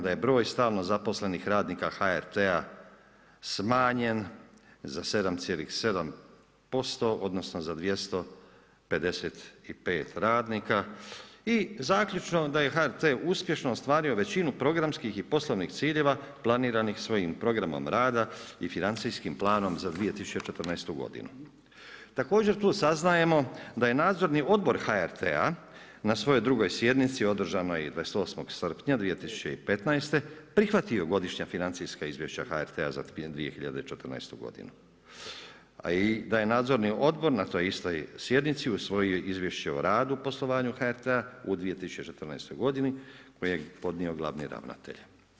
Da je broj stalno zaposlenih radnika HRT-a smanjen za 7,7%, odnosno, za 255 radnika i zaključna da je HRT uspješno ostvario većinu programskih i poslovnih ciljeva planiranih svojim programima rada i financijskim planom za 2014.g. Također, tu saznajemo, da je nadzorni odbor HRT-a na svojoj drugoj sjednici, održanoj 28. srpnja 2015. prihvatio godišnja financijska izvještaj HRT za 2014. g. Da je i nadzorni odbor na toj istoj sjednici usvojio izvješće o radu poslovanju HRT-a u 2014.g. ga je podnio glavni ravnatelj.